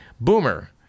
Boomer